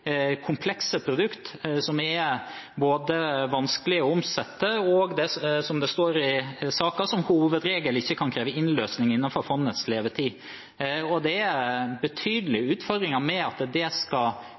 komplekse produkter som det er vanskelig å omsette, og der investorene, som det står i saken, «som hovedregel ikke kan kreve innløsning innenfor fondets levetid». Det er betydelige utfordringer med at det skal